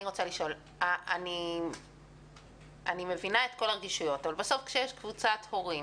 אני רוצה לשאול: אני מבין את כל הרגישויות אבל בסוף כשיש קבוצת הורים,